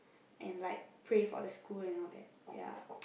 and like pray for the school and all that